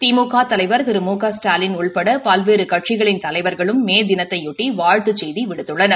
திமுக தலைவர் திரு மு க ஸ்டாலின் உட்பட பல்வேறு கட்சிகளின் தலைவர்களும் மே தினத்தையொட்டி வாழ்த்துச் செய்தி விடுத்துள்ளனர்